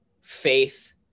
faith